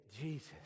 Jesus